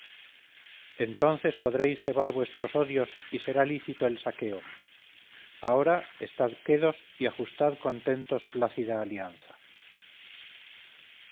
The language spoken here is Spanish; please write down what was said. entonces podréis cebar vuestros odios y será lícito el saqueo ahora estad quedos y ajustad contentos plácida alianza